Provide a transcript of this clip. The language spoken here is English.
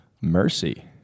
Mercy